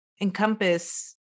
encompass